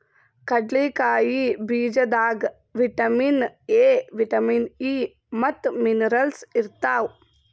ಕಡ್ಲಿಕಾಯಿ ಬೀಜದಾಗ್ vitamin A, vitamin E ಮತ್ತ್ ಮಿನರಲ್ಸ್ ಇರ್ತವ್